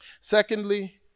Secondly